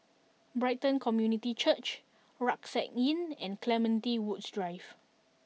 Brighton Community Church Rucksack Inn and Clementi Woods Drive